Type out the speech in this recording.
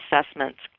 assessments